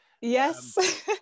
Yes